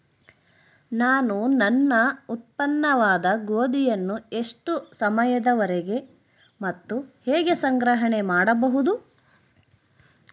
ನಾನು ನನ್ನ ಉತ್ಪನ್ನವಾದ ಗೋಧಿಯನ್ನು ಎಷ್ಟು ಸಮಯದವರೆಗೆ ಮತ್ತು ಹೇಗೆ ಸಂಗ್ರಹಣೆ ಮಾಡಬಹುದು?